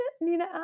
Nina